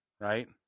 right